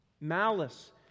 Malice